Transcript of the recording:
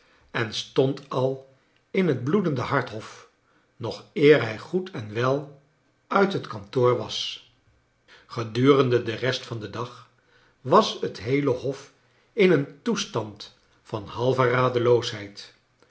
en stond al in het bloedende hart hof nog eer hij goed en wel uit het kantoor was gredurende de rest van den dag was het heele hof in een toestand van halve radeloosheid